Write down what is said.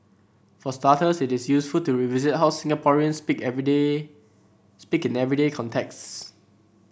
for starters it is useful to revisit how Singaporeans speak everyday speak in everyday contexts